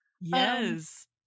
Yes